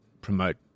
promote